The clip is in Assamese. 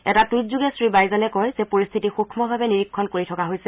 এটা টুইটযোগে শ্ৰী বাইজালে কয় যে পৰিস্থিতি সুক্ষভাৱে নিৰীক্ষণ কৰি থকা হৈছে